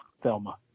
Thelma